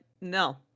no